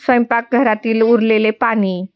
स्वयंपाकघरातील उरलेले पाणी